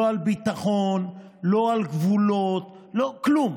לא על ביטחון, לא על גבולות, לא כלום.